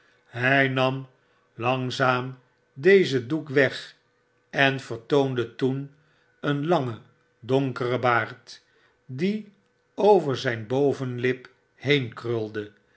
j nam langzaam dezen doek weg en vertoonde toen een langen donkeren baard die over zjjn bovenlip heen krulde